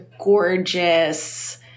gorgeous